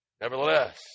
Nevertheless